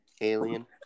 alien